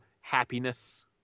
happiness